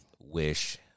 wish